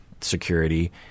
security